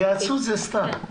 התייעצות זה סתם.